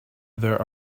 there